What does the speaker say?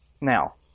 Now